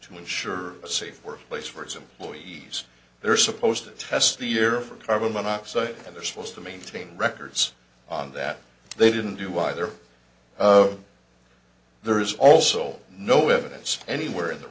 to ensure a safe workplace for its employees they're supposed to test the year for carbon monoxide and they're supposed to maintain records on that they didn't do either there is also no evidence anywhere in the